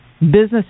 Business